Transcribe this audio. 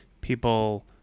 people